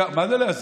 מה זה לאזן?